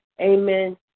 amen